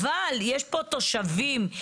אבל יש פה תושבים,